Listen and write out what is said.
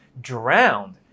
drowned